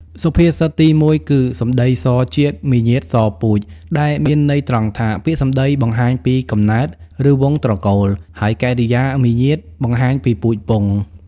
សុភាសិតទីមួយគឺ សម្តីសជាតិ មារយាទសពូជ ដែលមានន័យត្រង់ថា ពាក្យសម្ដីបង្ហាញពីកំណើត ឬវង្សត្រកូល ហើយកិរិយាមារយាទបង្ហាញពីពូជពង្ស។